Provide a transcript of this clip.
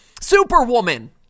Superwoman